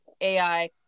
AI